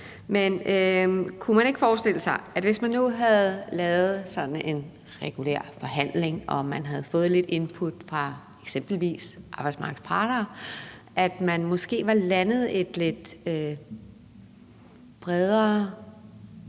men kunne man ikke forestille sig, at man, hvis man nu havde lavet sådan en regulær forhandling og havde fået lidt input fra eksempelvis arbejdsmarkedets parter, måske havde fået et lidt bredere